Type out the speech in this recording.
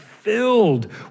filled